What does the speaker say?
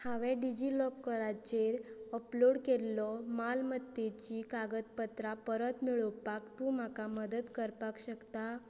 हांवें डिजी लॉकराचेर अपलोड केल्लो मालमत्तेचीं कागदपत्रां परत मेळोवपाक तूं म्हाका मदत करपाक शकता